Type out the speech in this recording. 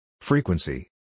Frequency